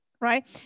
right